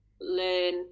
learn